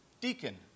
deacon